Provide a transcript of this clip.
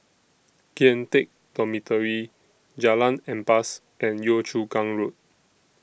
Kian Teck Dormitory Jalan Ampas and Yio Chu Kang Road